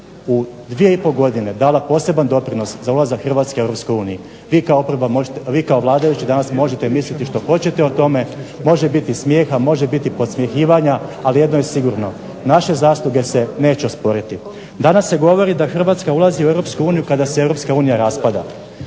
dvije godine dala poseban doprinos za ulazak Hrvatske Europskoj uniji, vi kao vladajući možete misliti što hoćete o tome, može biti smijeha, može biti podsmjehivanja ali jedno je sigurno naše zasluge se neće osporiti. Danas se govori da Hrvatska ulazi u Europsku uniju kada